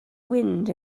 wind